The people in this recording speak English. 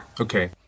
Okay